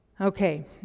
Okay